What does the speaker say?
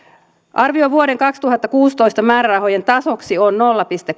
arvio vuoden kaksituhattakuusitoista määrärahojen tasoksi on nolla pilkku